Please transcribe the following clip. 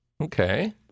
Okay